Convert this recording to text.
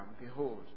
Behold